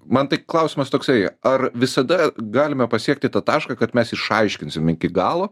man tai klausimas toksai ar visada galime pasiekti tą tašką kad mes išaiškinsim iki galo